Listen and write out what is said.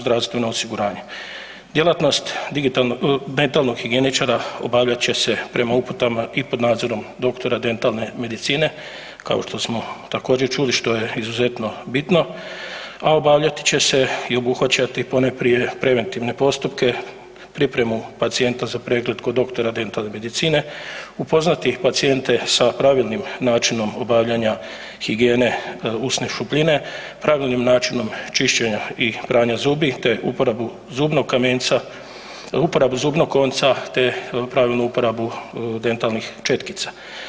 Djelatnost dentalnog higijeničara obavljat će se prema uputama i pod nadzorom doktora dentalne medicine kao što smo također čuli što je izuzetno bitno, a obavljat će se i obuhvaćati ponajprije preventivne postupke pripremu pacijenta za pregled kod doktora dentalne medicine, upoznati pacijente sa pravilnim načinom obavljanja higijene usne šupljine, pravilnim načinom čišćenja i pranja zubi te uporabu zubnog kamenca, te uporabu zubnog konca te pravilnu uporabu dentalnih četkica.